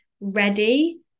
ready